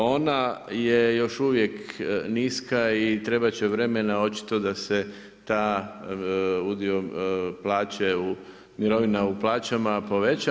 Ona je još uvijek niska i trebati će vremena očito da se ta, udio plaće, mirovina u plaćama poveća.